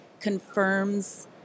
confirms